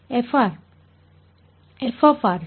f ಸರಿ